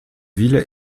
ville